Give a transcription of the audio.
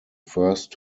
first